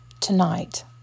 tonight